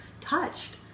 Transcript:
touched